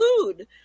food